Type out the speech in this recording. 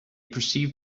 perceived